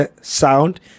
Sound